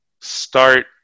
start